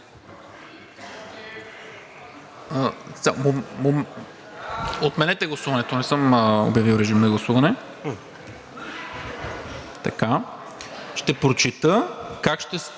Отменете гласуването, не съм обявил режим на гласуване. Ще прочета как ще